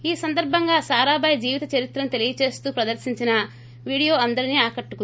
ఈ సందర్భంగా సారాభాయ్ జీవితచరిత్రను తెలీయచేస్తూ ప్రదర్తించిన వీడియో అందరినీ ఆకట్టుకుంది